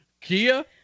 Kia